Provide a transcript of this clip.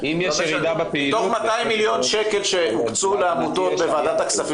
מתוך 200 מיליון שקל שהוקצו לעמותות בוועדת הכספים,